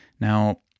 Now